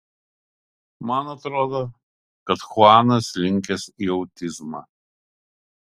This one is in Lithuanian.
man atrodo kad chuanas linkęs į autizmą